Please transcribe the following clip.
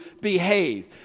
behave